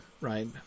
right